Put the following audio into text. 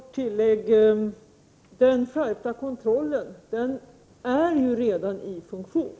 Fru talman! Jag skall bara göra ett kort tillägg. Den skärpta kontrollen är redan i funktion.